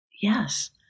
Yes